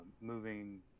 moving